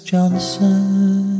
Johnson